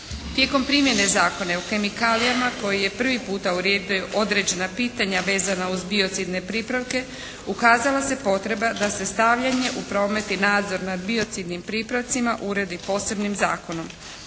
Tijekom primjene zakona i o kemikalijama koji prvi puta …/Govornik se ne razumije./… određena pitanja vezana uz biocidne pripravke ukazala se potrebna da se stavljanje u promet i nadzor nad biocidnim pripravcima uredi posebnim zakonom.